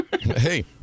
Hey